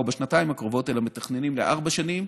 בשנתיים הקרובות אלא מתכננים לארבע שנים,